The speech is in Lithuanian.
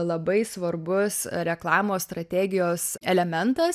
labai svarbus reklamos strategijos elementas